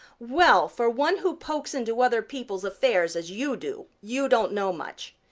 well, for one who pokes into other people's affairs as you do, you don't know much.